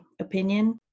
opinion